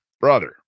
brother